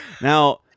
Now